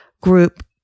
group